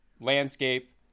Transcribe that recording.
landscape